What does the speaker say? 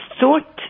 thought